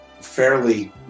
fairly